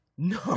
No